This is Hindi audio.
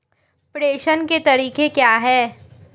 प्रेषण के तरीके क्या हैं?